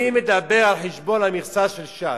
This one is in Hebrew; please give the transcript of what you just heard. אני מדבר על חשבון המכסה של ש"ס,